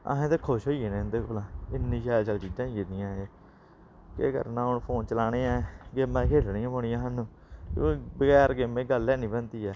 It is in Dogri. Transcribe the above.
असें ते खुश होई जन्ने इंदे कोला इन्नी शैल शैल चीजां आई जदियां एह् केह् करना हून फोन चलाने ऐ गेमां खेलनियां पौनियां सानूं बगैर गेमें दी गल्ल हैनी बनदी ऐ